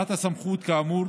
העברת הסמכות כאמור